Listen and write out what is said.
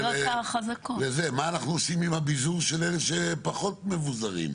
מה אנחנו עושים עם הביזור עם אלו שפחות מבוזרים?